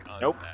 Nope